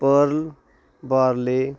Pearl ਬਾਰਲੇ